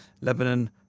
Lebanon